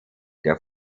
der